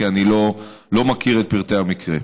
כי אני לא מכיר את פרטי המקרה.